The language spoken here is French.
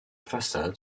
façade